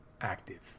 active